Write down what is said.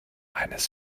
eines